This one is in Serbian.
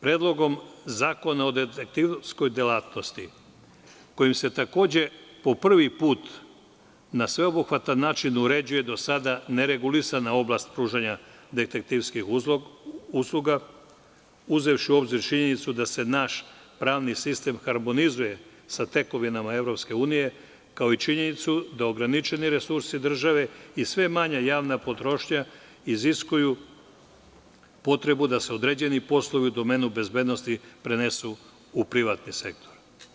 Predlogom zakona o detektivskoj delatnosti kojim se takođe po prvi put na sveobuhvatan način uređuje dosada neregulisana oblast pružanja detektivskih usluga, uzevši u obzir činjenicu da se naš pravni sistem harmonizuje sa tekovinama EU, kao i činjenicu da ograničeni resursi države i sve manja javna potrošnja iziskuju potrebu da se određeni poslovi u domenu bezbednosti prenesu u privatan sektor.